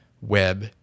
web